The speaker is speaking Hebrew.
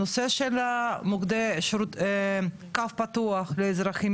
נושא של מוקדי שרות קו פתוח לאזרחים,